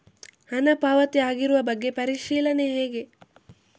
ಹಣ ಪಾವತಿ ಆಗಿರುವ ಬಗ್ಗೆ ಪರಿಶೀಲನೆ ಹೇಗೆ?